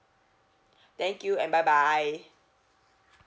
thank you and bye bye